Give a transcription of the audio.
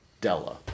Della